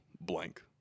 blank